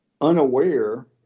unaware